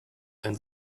ein